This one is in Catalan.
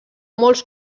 molts